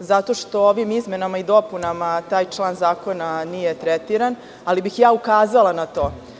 zato što ovim izmenama i dopunama taj član zakona nije tretiran, ali bih ukazala na to.